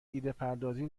ایدهپردازی